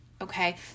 Okay